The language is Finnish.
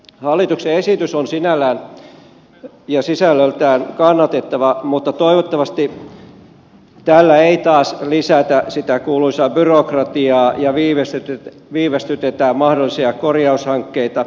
hallituksen esitys on sinällään ja sisällöltään kannatettava mutta toivottavasti tällä ei taas lisätä sitä kuuluisaa byrokratiaa ja viivästytetä mahdollisia korjaushankkeita